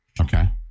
Okay